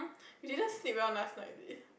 we didn't sleep well last Friday